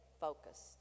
focused